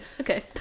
okay